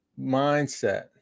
mindset